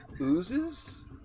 oozes